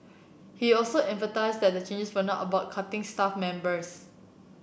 he also emphasised that the changes were not about cutting staff members